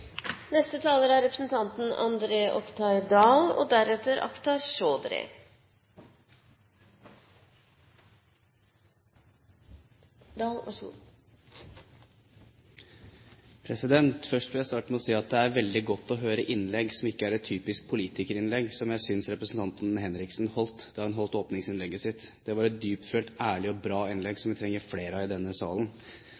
Først vil jeg starte med å si at det er veldig godt å høre et innlegg som ikke er et typisk politikerinnlegg, som jeg synes representanten Henriksen holdt da hun holdt åpningsinnlegget sitt. Det var et dyptfølt, ærlig og bra innlegg